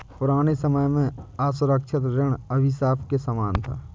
पुराने समय में असुरक्षित ऋण अभिशाप के समान था